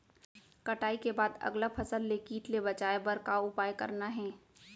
कटाई के बाद अगला फसल ले किट ले बचाए बर का उपाय करना हे?